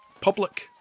public